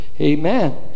amen